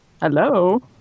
hello